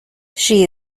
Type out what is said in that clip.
she